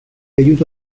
aiuto